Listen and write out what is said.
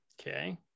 okay